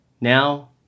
Now